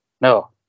No